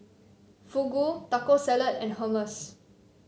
Fugu Taco Salad and Hummus